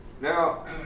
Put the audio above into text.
Now